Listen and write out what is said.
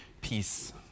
peace